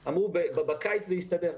אמרו: בקיץ זה יסתדר.